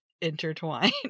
intertwine